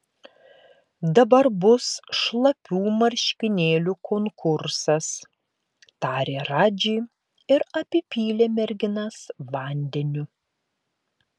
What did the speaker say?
dabar bus šlapių marškinėlių konkursas tarė radži ir apipylė merginas vandeniu